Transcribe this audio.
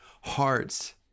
hearts